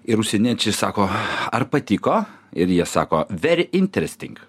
ir užsieniečiai sako ar patiko ir jie sako veri intresting